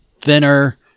thinner